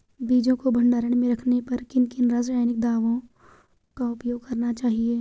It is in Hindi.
बीजों को भंडारण में रखने पर किन किन रासायनिक दावों का उपयोग करना चाहिए?